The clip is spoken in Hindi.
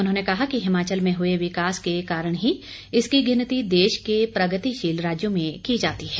उन्होंने कहा कि हिमाचल में हुए विकास के कारण ही इसकी गिनती देश के प्रगतिशील राज्यों में की जाती है